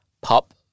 pop